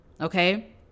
Okay